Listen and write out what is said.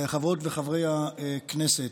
חברות וחברי הכנסת,